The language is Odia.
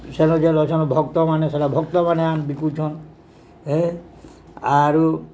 ସେନ ଯେନ ରହିଛନ୍ ଭକ୍ତମାନେ ସେଇଟା ଭକ୍ତମାନେ ଆନ ବିକୁଛନ୍ ହେ ଆରୁ